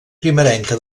primerenca